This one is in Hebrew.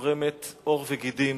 שקורמת עור וגידים